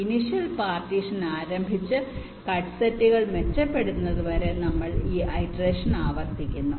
initial partition ആരംഭിച്ച് cut സെറ്റുകൾ മെച്ചപ്പെടുന്നതുവരെ നമ്മൾ ഇറ്ററേഷൻ ആവർത്തിക്കുന്നു